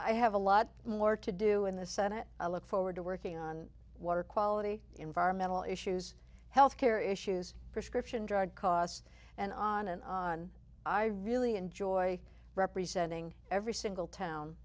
i have a lot more to do in the senate i look forward to working on water quality environmental issues health care issues prescription drug costs and on and on i really enjoy representing every single town